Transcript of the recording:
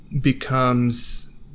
becomes